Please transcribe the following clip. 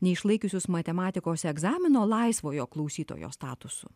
neišlaikiusius matematikos egzamino laisvojo klausytojo statusu